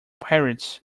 pirates